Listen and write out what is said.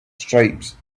stripes